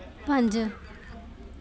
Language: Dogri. पंज